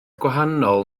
gwahanol